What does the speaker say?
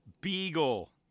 Beagle